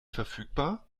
verfügbar